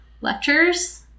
lectures